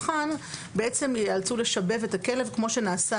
שבב וגם מספר